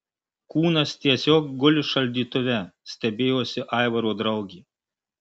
kūnas tiesiog guli šaldytuve stebėjosi aivaro draugė